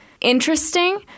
interesting